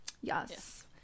yes